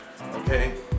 okay